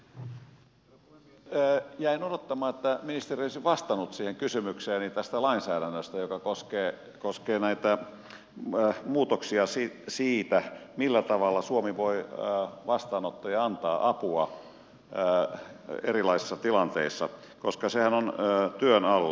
jäin odottamaan että ministeri olisi vastannut kysymykseeni lainsäädännöstä joka koskee näitä muutoksia siitä millä tavalla suomi voi vastaanottaa ja antaa apua erilaisissa tilanteissa koska sehän on työn alla